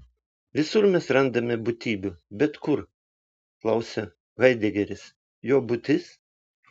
visur mes randame būtybių bet kur klausia haidegeris jo būtis